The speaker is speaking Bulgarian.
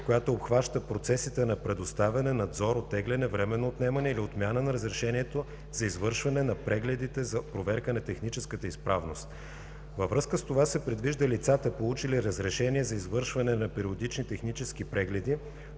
която обхваща процесите на предоставяне, надзор, оттегляне, временно отнемане или отмяна на разрешението за извършване на прегледите за проверка на техническата изправност. Във връзка с това се предвижда лицата, получили разрешение за извършване на периодични технически прегледи,